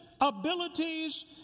abilities